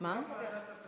אני אוסיף אותך.